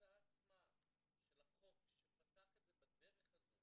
השיטה עצמה של החוק שפתח את זה בדרך הזו